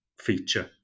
feature